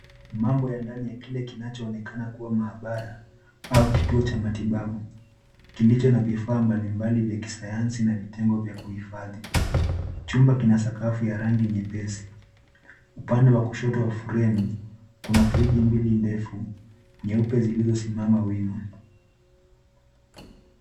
Mambo ya ndani ya kile kinachoonekana kuwa maabara au kituo cha matibabu kilicho na vifaa mbalimbali vya kisayansi na vitengo vya kuhifadhi. Chumba kina sakafu ya rangi nyepesi. Upande wa kushoto wa fremu kuna friji mbili ndefu nyeupe zilizosimama wima.